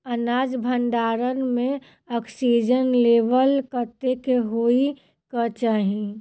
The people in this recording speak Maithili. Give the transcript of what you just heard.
अनाज भण्डारण म ऑक्सीजन लेवल कतेक होइ कऽ चाहि?